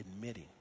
Admitting